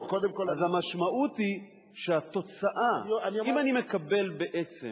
אז המשמעות היא שהתוצאה, אם אני מקבל בעצם